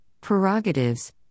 prerogatives